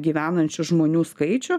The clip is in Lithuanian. gyvenančių žmonių skaičių